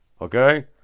Okay